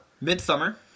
Midsummer